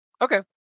Okay